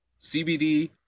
cbd